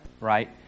Right